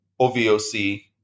OVOC